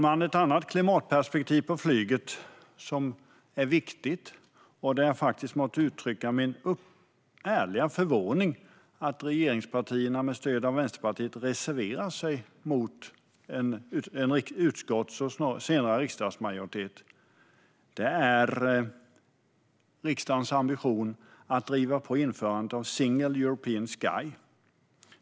Det finns ett annat klimatperspektiv på flyget som är viktigt och där jag måste uttrycka min ärliga förvåning över att regeringspartierna med stöd av Vänsterpartiet reserverar sig mot en utskottsmajoritet och senare en riksdagsmajoritet. Det handlar om riksdagens ambition att driva på för införandet av Single European Sky.